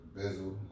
Bizzle